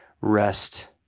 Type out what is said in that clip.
rest